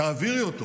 תעבירי אותו